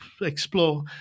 explore